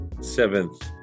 Seventh